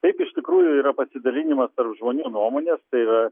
taip iš tikrųjų yra pasidalinimas tarp žmonių nuomonės tai yra